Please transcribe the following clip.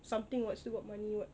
something [what] still got money [what]